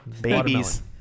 babies